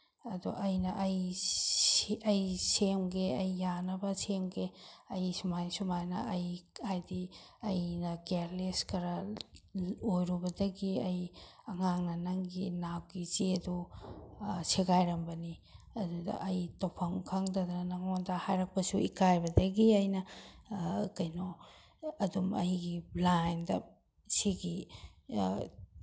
ꯑꯗꯣ ꯑꯩꯅ ꯑꯩ ꯑꯩ ꯁꯦꯝꯒꯦ ꯑꯩ ꯌꯥꯅꯕ ꯁꯦꯝꯒꯦ ꯑꯩ ꯁꯨꯃꯥꯏ ꯁꯨꯃꯥꯏꯅ ꯑꯩ ꯍꯥꯏꯗꯤ ꯑꯩꯅ ꯀꯦꯌꯥꯔꯂꯦꯁ ꯈꯔ ꯑꯣꯏꯔꯨꯕꯗꯒꯤ ꯑꯩ ꯑꯉꯥꯡꯅ ꯅꯪꯒꯤ ꯅꯥꯞꯀꯤ ꯆꯦꯗꯣ ꯁꯦꯒꯥꯏꯔꯝꯕꯅꯤ ꯑꯗꯨꯗ ꯑꯩ ꯇꯧꯐꯝ ꯈꯪꯗꯗꯅ ꯅꯪꯉꯣꯟꯗ ꯍꯥꯏꯔꯛꯄꯁꯨ ꯏꯀꯥꯏꯕꯗꯒꯤ ꯑꯩꯅ ꯀꯩꯅꯣ ꯑꯗꯨꯝ ꯑꯩꯒꯤ ꯕ꯭ꯂꯥꯏꯟꯗ ꯁꯤꯒꯤ